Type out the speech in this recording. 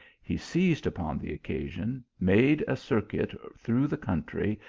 he seized upon the occasion, made a circuit through the country,